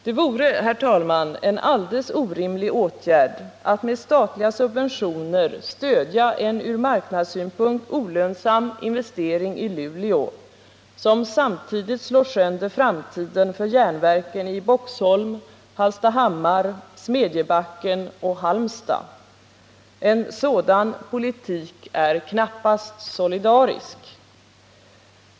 Det vore, herr talman, en alldeles orimlig åtgärd att med statliga subventioner stödja en ur marknadssynpunkt olönsam investering i Luleå, som samtidigt slår sönder framtiden för järnverken i Boxholm, Hallstahammar, Smedjebacken och Halmstad. En sådan politik är knappast solidarisk.